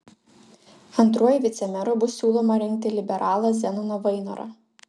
antruoju vicemeru bus siūloma rinkti liberalą zenoną vainorą